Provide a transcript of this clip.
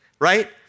right